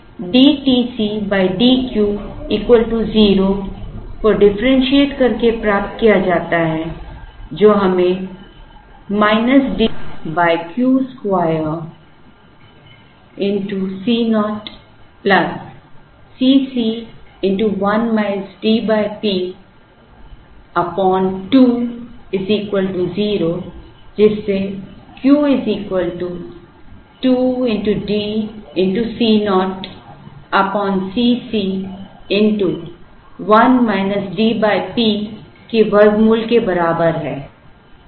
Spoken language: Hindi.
तो यह d TC d Q 0 को डिफरेंशिएट करके प्राप्त किया जाता है जो हमें minus D Q square C0 Cc 1 DP 2 0 जिससे Q 2 D C0 Cc 1 D P के वर्गमूल के बराबर है